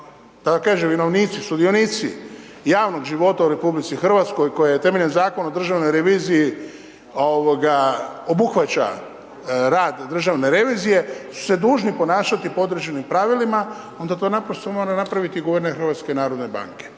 vam kažem i vjerovnici i sudionici javnog života u RH koje je temeljem Zakona o državnoj reviziji obuhvaća rad državne revizije su se dužni ponašati po određenim pravilima, onda to naprosto mora napraviti guverner HNB-a.